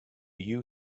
you